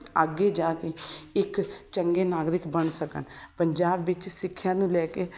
ਅੱਗੇ ਜਾ ਕੇ ਇੱਕ ਚੰਗੇ ਨਾਗਰਿਕ ਬਣ ਸਕਣ ਪੰਜਾਬ ਵਿੱਚ ਸਿੱਖਿਆ ਨੂੰ ਲੈ ਕੇ